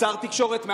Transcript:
שנייה.